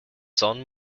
son